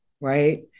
right